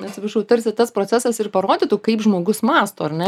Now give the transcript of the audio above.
atsiprašau tarsi tas procesas ir parodytų kaip žmogus mąsto ar ne